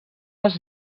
les